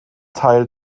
teil